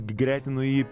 gretinu jį